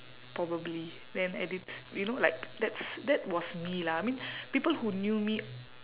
probably then and it's you know like that's that was me lah I mean people who knew me